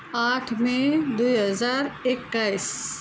आठ मे दुई हजार एक्काइस